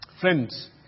Friends